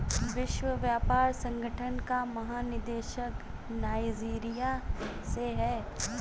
विश्व व्यापार संगठन की महानिदेशक नाइजीरिया से है